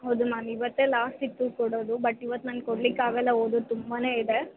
ಹೌದು ಮ್ಯಾಮ್ ಇವತ್ತೇ ಲಾಸ್ಟ್ ಇತ್ತು ಕೊಡೋದು ಬಟ್ ಇವತ್ತು ನಂಗೆ ಕೊಡ್ಲಿಕ್ಕೆ ಆಗೋಲ್ಲ ಓದೋದು ತುಂಬ ಇದೆ